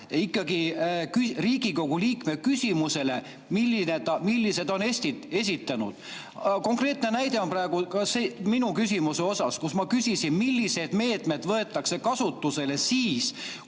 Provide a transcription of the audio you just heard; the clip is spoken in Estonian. ikkagi Riigikogu liikme küsimusele, mis on esitatud. Konkreetne näide on praegu ka minu küsimus. Ma küsisin, millised meetmed võetakse kasutusele siis,